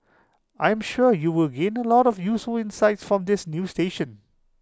I am sure you will gain A lot of useful insights from this new station